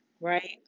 right